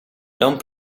don’t